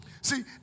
See